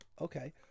Okay